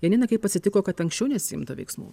janina kaip atsitiko kad anksčiau nesiimta veiksmų